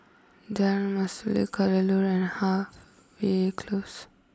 Jalan Mastuli Kadaloor and Harvey close